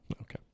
Okay